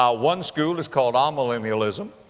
ah one school is called amillennialism.